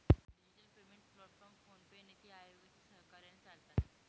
digital payment platform PhonePe, नीति आयोगाच्या सहकार्याने चालतात